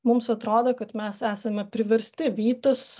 mums atrodo kad mes esame priversti vytis